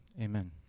Amen